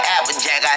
Applejack